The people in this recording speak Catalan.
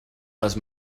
les